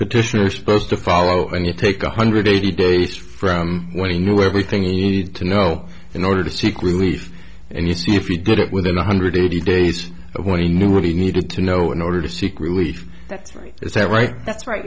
petition is supposed to follow and you take one hundred eighty days from when you know everything you need to know in order to seek relief and you see if you get it within one hundred eighty days when he knew what he needed to know in order to seek relief that's right is that right that's right